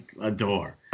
adore